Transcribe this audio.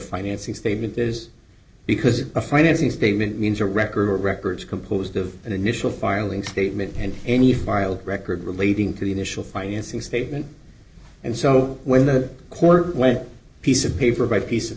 financing statement is because a financing statement means a record or records composed of an initial filing statement and any file record relating to the initial financing statement and so when the court when piece of paper by piece of